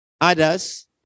others